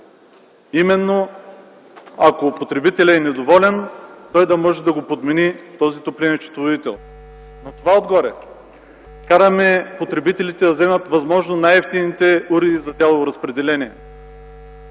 ако потребителят е недоволен, да може да смени своя топлинен счетоводител. На това отгоре караме потребителите да вземат възможно най-евтините уреди за дялово разпределение,